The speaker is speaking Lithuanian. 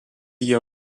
jie